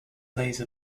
laser